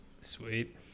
Sweet